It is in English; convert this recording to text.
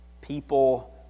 people